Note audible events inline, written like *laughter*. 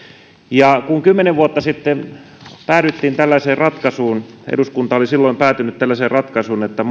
ja kun kymmenen vuotta sitten päädyttiin tällaiseen ratkaisuun eduskunta silloin päätyi tällaiseen ratkaisuun että *unintelligible*